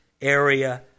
area